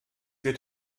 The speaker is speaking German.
wird